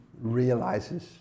realizes